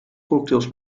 cocktails